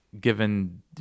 given